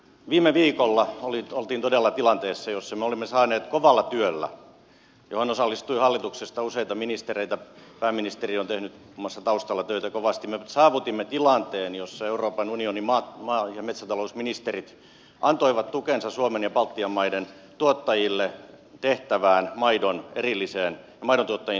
viime viikolla oltiin todella tilanteessa jossa me olimme saaneet kovalla työllä johon osallistui hallituksesta useita ministereitä muun muassa pääministeri on tehnyt taustalla töitä kovasti saavutettua tilanteen jossa euroopan unionin maa ja metsätalousministerit antoivat tukensa suomen ja baltian maiden tuottajille tehtävään maidontuottajien tukipakettiin